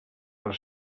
per